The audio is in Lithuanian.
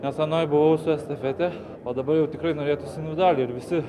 nes anoj buvau su estafete o dabar jau tikrai norėtųsi nu dar geriau ir visi